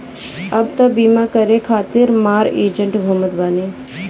अब तअ बीमा करे खातिर मार एजेन्ट घूमत बाने